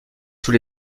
tous